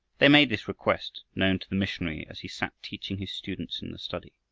they made this request known to the missionary as he sat teaching his students in the study.